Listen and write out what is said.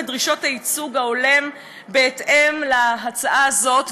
את דרישות הייצוג ההולם בהתאם להצעה הזאת,